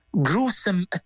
gruesome